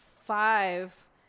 five